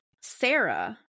Sarah